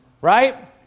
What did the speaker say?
Right